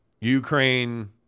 Ukraine